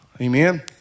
Amen